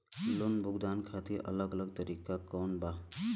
Loan भुगतान खातिर अलग अलग तरीका कौन बा?